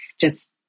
just-